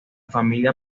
familia